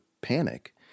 panic